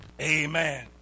Amen